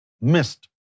missed